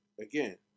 Again